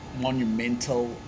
monumental